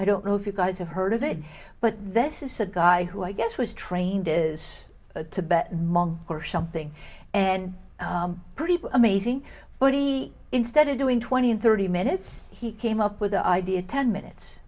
i don't know if you guys have heard of it but this is a guy who i guess was trained as a tibetan monk or something and pretty amazing but he instead of doing twenty and thirty minutes he came up with the idea ten minutes